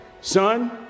son